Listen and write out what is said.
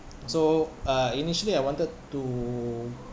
so uh initially I wanted to